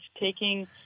taking